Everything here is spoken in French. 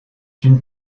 une